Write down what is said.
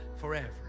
forever